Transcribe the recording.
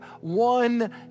One